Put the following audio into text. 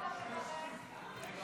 נתקבל.